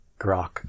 grok